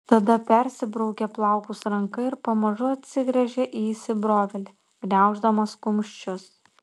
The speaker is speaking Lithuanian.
tada persibraukia plaukus ranka ir pamažu atsigręžia į įsibrovėlį gniauždamas kumščius